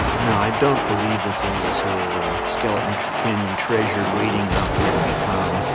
no i don't believe that there is a yeah skeleton canyon treasure waiting out there to be found.